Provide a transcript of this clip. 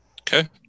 Okay